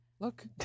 Look